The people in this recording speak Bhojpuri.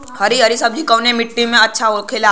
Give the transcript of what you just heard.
हरी हरी सब्जी कवने माटी में अच्छा होखेला?